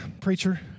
preacher